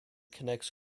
connects